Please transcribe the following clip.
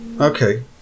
Okay